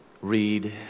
read